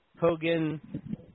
Hogan